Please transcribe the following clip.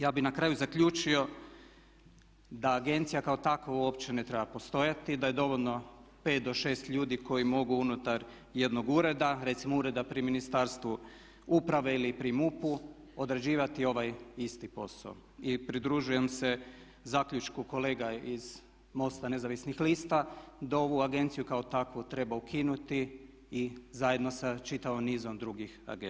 Ja bih na kraju zaključio da agencija kao takva uopće ne treba postojati, da je dovoljno 5 do 6 ljudi koji mogu unutar jednog ureda, recimo ureda pri Ministarstvu uprave ili pri MUP-u odrađivati ovaj isti posao i pridružujem se zaključku kolega iz MOST-a Nezavisnih lista da ovu agenciju kao takvu treba ukinuti i zajedno sa čitavim nizom drugih agencija.